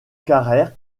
carrère